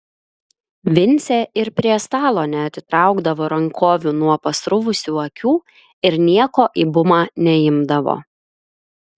vincė ir prie stalo neatitraukdavo rankovių nuo pasruvusių akių ir nieko į bumą neimdavo